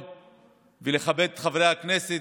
לכבד את חברי הכנסת,